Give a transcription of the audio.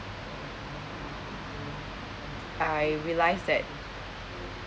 I realised that